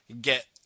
get